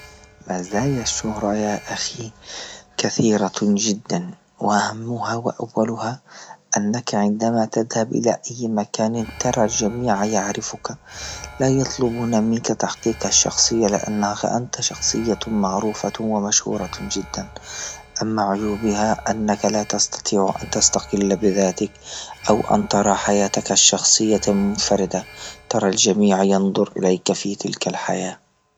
مزيا الشهرة يا أخي كثيرة جدا، وأهمها وأولها أنك عندما تذهب إلى أي مكان ترى الجميع يعرفك لا يطلبون منك تحقيق الشخصية لأنك أنت شخصية معروفة ومشهورة جدا، أم عيوبها أنك لا تستيع أن تستقبل بذاتك أو أن ترى حياتك الشخصية المنفردة، ترى الجميع ينظر إليك في تلك الحياة.